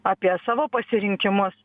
apie savo pasirinkimus